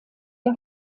der